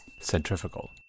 Centrifugal